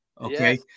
okay